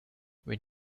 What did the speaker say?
when